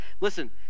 listen